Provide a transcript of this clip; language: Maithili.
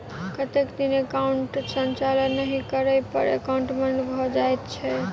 कतेक दिन एकाउंटक संचालन नहि करै पर एकाउन्ट बन्द भऽ जाइत छैक?